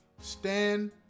Stand